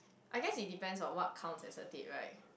I guess it depends on what counts as a date right